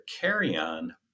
carry-on